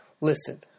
Listen